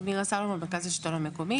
מירה סלומון, מרכז השלטון המקומי.